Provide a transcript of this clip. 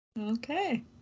Okay